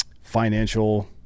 financial